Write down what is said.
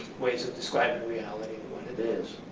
ways of describing reality, what it is.